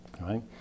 right